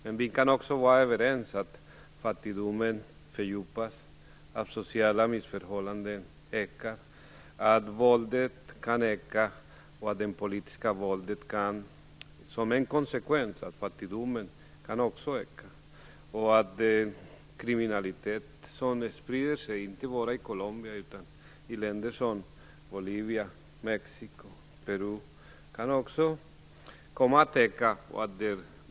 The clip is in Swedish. Men vi kan också vara överens om att fattigdomen fördjupas, att sociala missförhållanden ökar, att våldet, också det politiska våldet, som en konsekvens av fattigdomen ökar och att kriminaliteten, som sprider sig inte bara i Colombia utan i länder som Bolivia, Mexiko och Peru, kan komma att öka ytterligare.